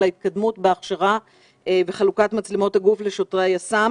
על ההתקדמות בהכשרה וחלוקת מצלמות הגוף לשוטרי היס"מ